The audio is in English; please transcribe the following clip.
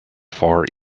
far